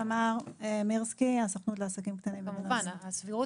הסבירות